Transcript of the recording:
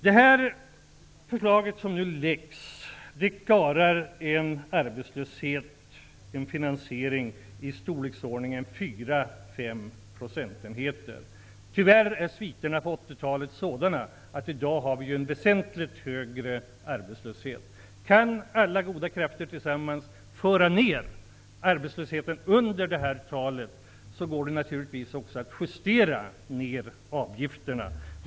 Med det förslag som vi nu lägger fram klarar vi av att finansiera en arbetslöshet i storleksordningen 4--5. Tyvärr är sviterna från 80-talet sådana att vi i dag har en väsentligt högre arbetslöshet. Kan alla goda krafter tillsammans föra ner arbetslösheten under den nivån, går det naturligtvis också att justera ner avgifterna.